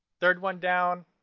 third one down,